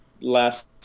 last